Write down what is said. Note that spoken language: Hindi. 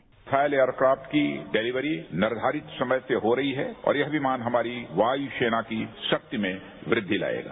रफाल एयरक्राफ्ट की डिलिवरी निधारित समय से हो रही है और यह विमान हमारी वायू सेना की शक्ति में वृद्धि लाएगा